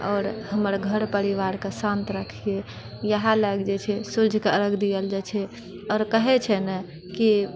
आओर हमर घर परिवारके शान्त रखिऐ इएह लए कऽ जे छै सूर्यके अरघ दिएल जाइ छै आओर कहै छै ने कि